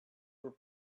were